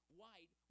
white